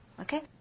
Okay